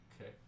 Okay